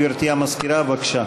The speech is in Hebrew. גברתי המזכירה, בבקשה.